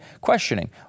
questioning